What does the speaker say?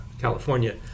California